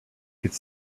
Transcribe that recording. could